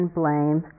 blame